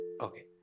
Okay